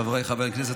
חבריי חברי הכנסת,